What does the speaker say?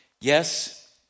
Yes